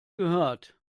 gehört